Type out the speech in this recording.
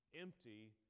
Empty